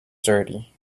dirty